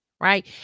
right